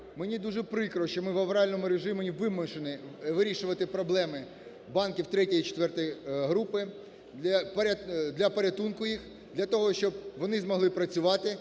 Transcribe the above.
Мені дуже прикро, що ми в авральному режимі вимушені вирішувати проблеми банків ІІІ-IV групи для порятунку їх, для того, щоб вони змогли працювати,